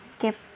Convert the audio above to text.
keep